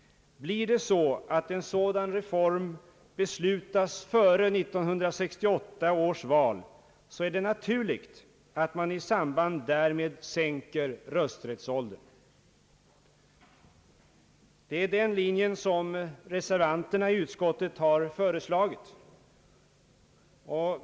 Blir det så, att en sådan reform beslutas före 1968 års val så är det naturligt att man i samband därmed sänker rösträttsåldern.» Detta är den linje som reservanterna i utskottet har förordat.